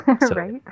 Right